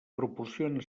proporciona